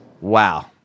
Wow